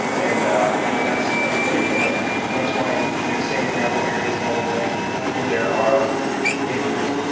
and you know that's that's pretty prolific and that's why we and we have sand and gravel areas in illinois where there are maybe